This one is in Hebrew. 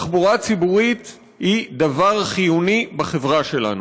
תחבורה ציבורית היא דבר חיוני בחברה שלנו.